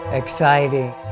exciting